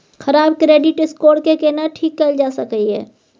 खराब credit score के केना ठीक कैल जा सकै ये?